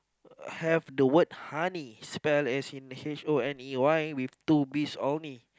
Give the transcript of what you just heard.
have the word honey spell as in H O N E Y with two bees only